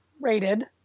rated